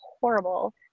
horrible